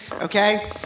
okay